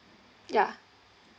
yeah